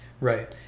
Right